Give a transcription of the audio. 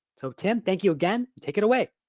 so tim, thank you again. take it away.